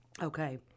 okay